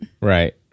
Right